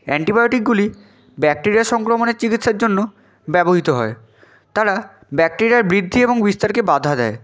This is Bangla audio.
অ্যান্টিবায়োটিকগুলি ব্যাকটেরিয়া সংক্রমণের চিকিৎসার জন্য ব্যবহৃত হয় তারা ব্যাকটেরিয়ার বৃদ্ধি এবং বিস্তারকে বাধা দেয়